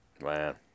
Man